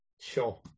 sure